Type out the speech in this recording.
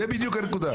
זו בדיוק הנקודה.